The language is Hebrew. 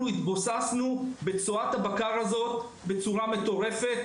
שאנחנו התבוססנו בצואת הבקר הזו בצורה מטורפת,